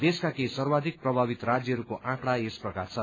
देशका केही सर्वाधिक प्रभावित राज्यहरूको आँकड़ा यस प्रकार छन्